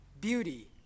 beauty